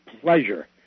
pleasure